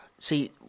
See